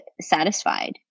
satisfied